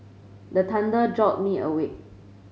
the thunder jolt me awake